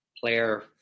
player